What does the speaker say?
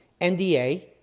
NDA